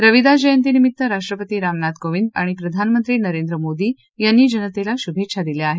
रविदास जयंतीनिमित्त राष्ट्रपती राम नाथ कोविंद आणि प्रधानमंत्री नरेंद्र मोदी यांनी जनतेला शुभेच्छा दिल्या आहेत